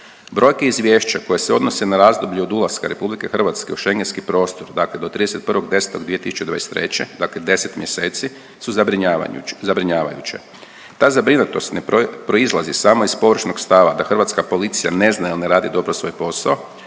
Brojke izvješća koje se odnose na razdoblje od ulaska Republike Hrvatske u Schengenski prostor, dakle do 31.10.2023. dakle 10 mjeseci su zabrinjavajuće. Ta zabrinutost ne proizlazi samo iz površnog stava da hrvatska policija ne zna ili ne radi dobo svoj posao,